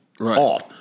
off